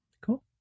Cool